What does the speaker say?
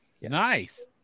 nice